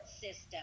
system